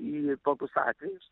į tokius atvejus